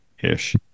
ish